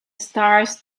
stars